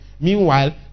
Meanwhile